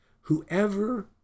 whoever